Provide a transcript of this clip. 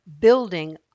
building